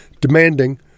demanding